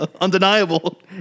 Undeniable